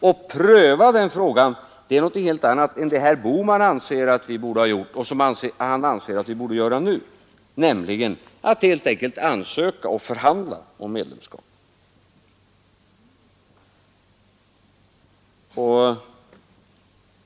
Och att pröva den frågan är något helt annat än vad herr Bohman anser att vi borde ha gjort och vad vi borde göra nu, nämligen att helt enkelt ansöka om och förhandla om medlemskap.